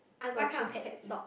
what kind of pet dog